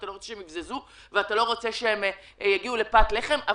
יבזזו או יגיעו לפת לחם.